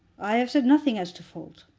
i have said nothing as to fault.